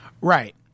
Right